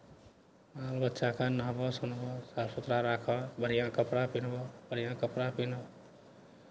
बच्चाकेँ नहबह सुनबह साफ सुथरा राखह बढ़िआँ कपड़ा पिन्हबह बढ़िआँ कपड़ा पिन्हह